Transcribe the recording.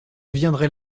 viendrai